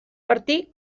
martí